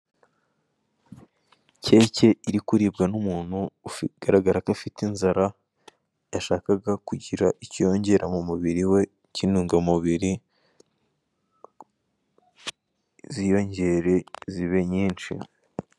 Keke iri kuribwa n'umuntu ugaragara ko afite inzara yashakaga kugira icyo yongera mu mubiri we cy'intungamubiri, ziyongere zibe nyinshi.